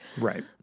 right